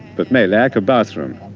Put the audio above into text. but may lack a bathroom.